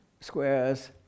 squares